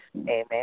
Amen